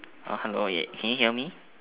uh hello yeah can you hear me